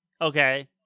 okay